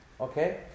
Okay